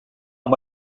amb